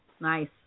Nice